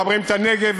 מחברים את הנגב,